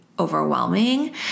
overwhelming